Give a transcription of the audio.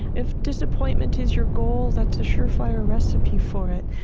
if disappointment is your goal, that's a sure-fire recipe for it.